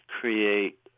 create